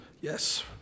Yes